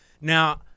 Now-